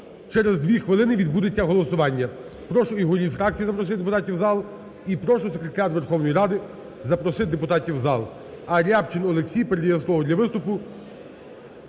через дві хвилини відбудеться голосування. Прошу голів фракцій запросити депутатів в зал, і прошу секретаріат Верховної Рад запросити депутатів в зал. А Рябчин Олексій передає слово для виступу